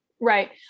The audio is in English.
right